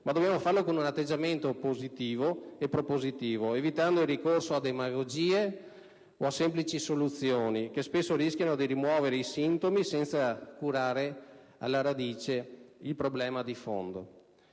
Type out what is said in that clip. ma dobbiamo farlo con un atteggiamento positivo e propositivo, evitando il ricorso a demagogie o a soluzioni semplicistiche, che spesso rischiano di rimuovere i sintomi senza curare alla radice il problema. Anche